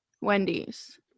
Wendy's